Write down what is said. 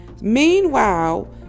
Meanwhile